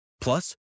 Plus